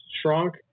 shrunk